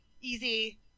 easy